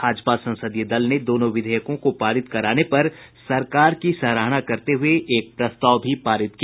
भाजपा संसदीय दल ने दोनों विधेयकों को पारित कराने पर सरकार की सराहना करते हुए एक प्रस्ताव भी पारित किया